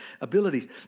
abilities